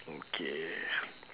okay